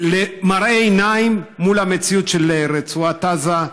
למראה עיניים של המציאות של רצועת עזה.